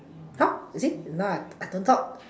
!huh! you see now I don't talk